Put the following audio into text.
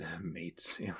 mates